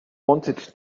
wanted